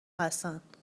هستند